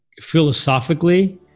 Philosophically